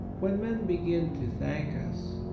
when men begin to thank us,